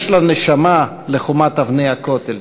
יש לה נשמה, לחומת אבני הכותל,